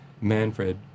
Manfred